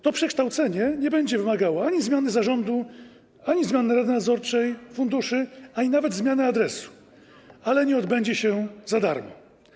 To przekształcenie nie będzie wymagało ani zmiany zarządu, ani zmiany rady nadzorczej funduszy, ani nawet zmiany adresu, ale nie odbędzie się za darmo.